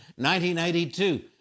1982